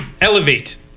elevate